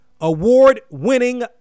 Award-winning